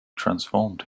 transformed